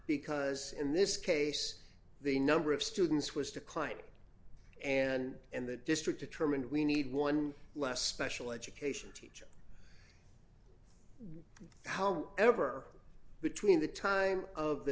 because in this case the number of students was declining and in the district to term and we need one last special education teacher however between the time of the